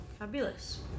Fabulous